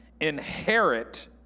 inherit